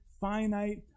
finite